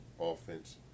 offense